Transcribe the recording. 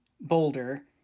Boulder